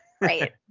Right